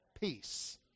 peace